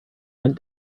went